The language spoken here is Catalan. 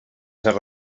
ser